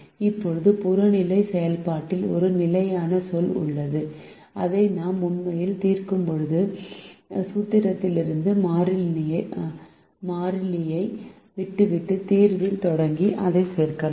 இப்போது புறநிலை செயல்பாட்டில் ஒரு நிலையான சொல் உள்ளது இதை நாம் உண்மையில் தீர்க்கும்போது சூத்திரத்திலிருந்து மாறிலியை விட்டுவிட்டு தீர்வில் தொடங்கி அதைச் சேர்க்கலாம்